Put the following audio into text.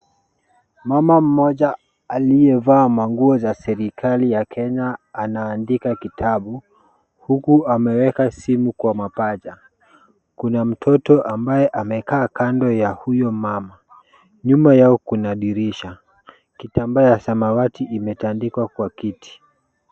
Mama mmoja aliyevaa manguo za serikali ya Kenya anaandika kitabu, huku ameweka simu kwa mapaja. Kuna mtoto ambaye amekaa kando ya huyo mama. Nyuma yao kuna dirisha, kitambaa ya samawati imetandikwa kwa kiti.